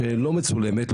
שלא מצולמת,